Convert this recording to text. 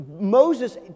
Moses